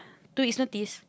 two weeks notice